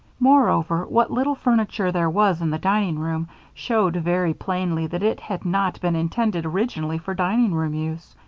moreover, what little furniture there was in the dining-room showed very plainly that it had not been intended originally for dining-room use